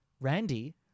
Randy